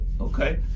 Okay